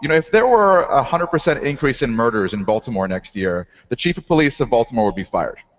you know if there were one ah hundred percent increase in murders in baltimore next year, the chief of police of baltimore would be fired.